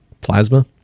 plasma